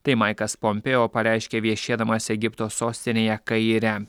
tai maikas pompėo pareiškė viešėdamas egipto sostinėje kaire